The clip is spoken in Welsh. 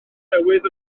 newydd